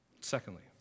Secondly